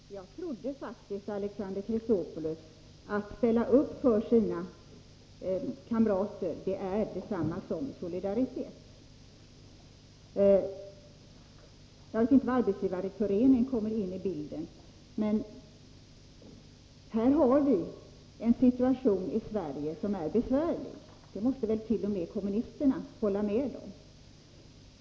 Herr talman! Jag trodde faktiskt, Alexander Chrisopoulos, att solidaritet är detsamma som att ställa upp för sina kamrater. Jag vet inte var Arbetsgivareföreningen kommer in i bilden. Här har vi i Sverige en situation som är besvärlig. Det måste väl t.o.m. kommunisterna hålla med om.